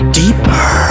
deeper